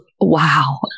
wow